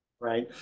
right